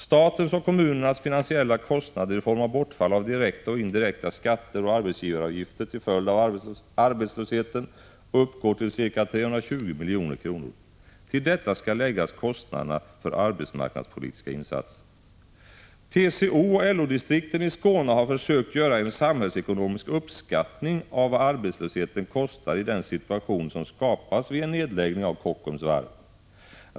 Statens och kommunernas finansiella kostnader i form av bortfall av direkta och indirekta skatter och arbetsgivaravgifter till följd av arbetslösheten uppgår till ca 320 milj.kr. Till detta skall läggas kostnaderna för arbetsmarknadspolitiska insatser. TCO och LO-distrikten i Skåne har försökt göra en samhällsekonomisk uppskattning av vad arbetslösheten kostar i den situation som skapas vid en nedläggning av Kockums varv.